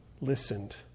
listened